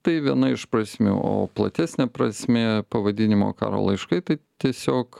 tai viena iš prasmių o platesnė prasmė pavadinimo karo laiškai tai tiesiog